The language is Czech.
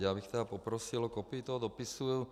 Já bych tedy poprosil o kopii toho dopisu.